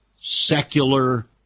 secular